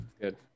Good